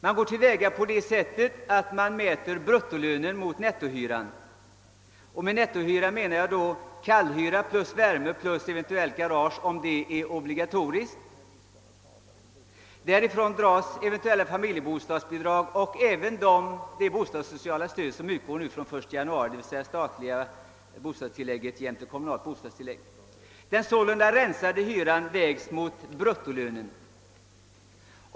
Man mäter bruttolönen mot nettohyran — med nettohyra menar jag då kallhyra, värme och eventuellt garage om det är obligatoriskt. Därifrån dras eventuella familjebostadsbidrag och även det bostadssociala stöd som utgår från den 1 januari 1969, d.v.s. statligt och kommunalt bostadstillägg. Den sålunda rensade hyran vägs mot bruttolönen.